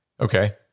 okay